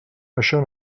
això